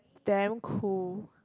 damn cool